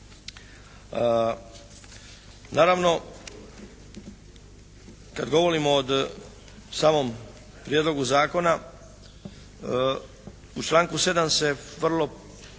Naravno, kad govorimo o samom prijedlogu zakona u članku 7. se vrlo